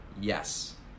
Yes